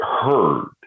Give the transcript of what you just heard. heard